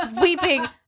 weeping